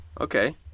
okay